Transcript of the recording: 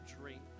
drink